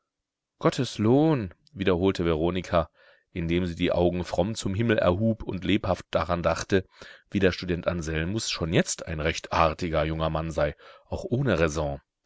gottes lohn wiederholte veronika indem sie die augen fromm zum himmel erhub und lebhaft daran dachte wie der student anselmus schon jetzt ein recht artiger junger mann sei auch ohne